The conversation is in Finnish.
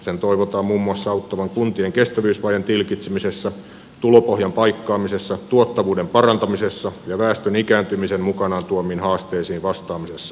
sen toivotaan muun muassa auttavan kuntien kestävyysvajeen tilkitsemisessä tulopohjan paikkaamisessa tuottavuuden parantamisessa ja väestön ikääntymisen mukanaan tuomiin haasteisiin vastaamisessa